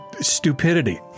stupidity